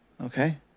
okay